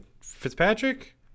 Fitzpatrick